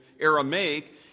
Aramaic